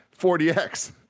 40x